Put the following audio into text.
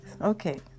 Okay